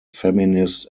feminist